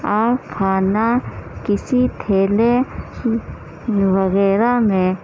آپ کھانا کسی تھیلے وغیرہ میں